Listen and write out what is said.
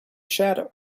shadow